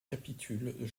capitules